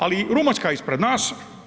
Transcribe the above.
Ali Rumunjska se ispred nas.